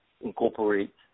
incorporate